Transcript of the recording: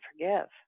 forgive